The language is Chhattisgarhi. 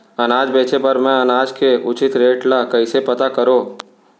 अनाज बेचे बर मैं अनाज के उचित रेट ल कइसे पता करो?